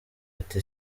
ati